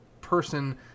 person